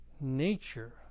nature